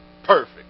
perfect